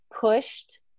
pushed